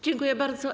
Dziękuję bardzo.